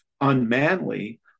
unmanly